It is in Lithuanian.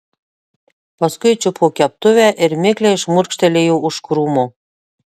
paskui čiupo keptuvę ir mikliai šmurkštelėjo už krūmo